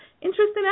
Interesting